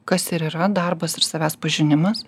kas ir yra darbas ir savęs pažinimas